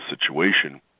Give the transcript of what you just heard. situation